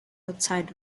outside